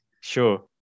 Sure